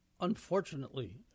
unfortunately